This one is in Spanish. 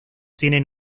tienen